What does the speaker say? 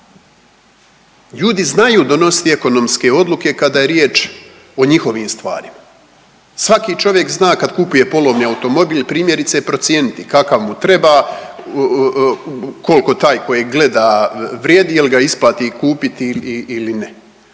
Ljudi znaju donositi ekonomske odluke kada je riječ o njihovim stvarima. Svaki čovjek zna kad kupuje polovni automobil primjerice procijeniti kakav mu treba, koliko taj koji gleda vrijedi, jel ga isplati kupiti ili ne.